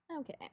Okay